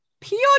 pure